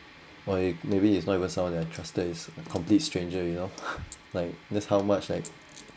or it maybe it's not even someone I trusted is a complete stranger you know like that's how much like